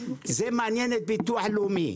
זה מעניין את הביטוח הלאומי.